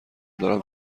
دارم